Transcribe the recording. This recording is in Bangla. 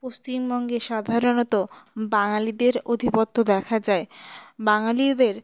পশ্চিমবঙ্গে সাধারণত বাঙালিদের আধিপত্য দেখা যায় বাঙালিদের